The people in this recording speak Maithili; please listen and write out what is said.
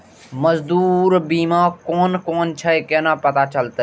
मौजूद बीमा कोन छे केना पता चलते?